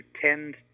tend